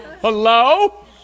Hello